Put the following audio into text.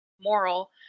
moral